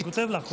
אני כותב לך.